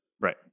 Right